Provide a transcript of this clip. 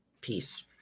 Peace